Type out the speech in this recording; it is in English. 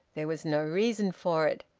there was no reason for it.